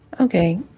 Okay